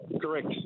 Correct